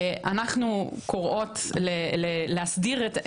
אנחנו קוראות להסדיר את זה,